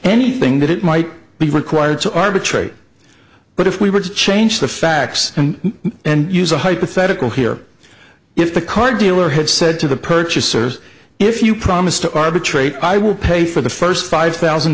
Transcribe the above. anything that it might be required to arbitrate but if we were to change the facts and use a hypothetical here if the car dealer had said to the purchasers if you promise to arbitrate i will pay for the first five thousand